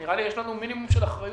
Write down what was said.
נראה לי שיש לנו מינימום של אחריות